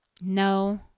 No